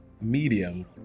medium